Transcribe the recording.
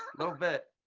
little bit,